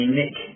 nick